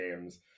games